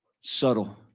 subtle